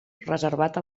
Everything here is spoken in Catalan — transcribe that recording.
reservat